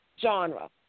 genre